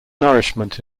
nourishment